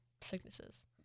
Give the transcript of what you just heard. sicknesses